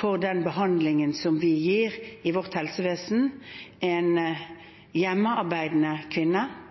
for den behandlingen vi gir i vårt helsevesen. En hjemmearbeidende